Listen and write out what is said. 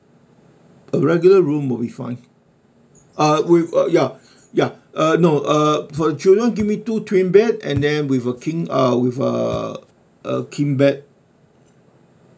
a regular room will fine uh with uh ya ya uh no uh for the children give me two twin bed and then with a king uh with uh a king bed